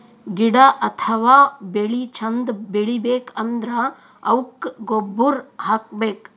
ಗಿಡ ಅಥವಾ ಬೆಳಿ ಚಂದ್ ಬೆಳಿಬೇಕ್ ಅಂದ್ರ ಅವುಕ್ಕ್ ಗೊಬ್ಬುರ್ ಹಾಕ್ಬೇಕ್